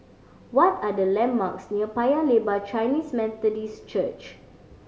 what are the landmarks near Paya Lebar Chinese Methodist Church